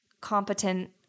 competent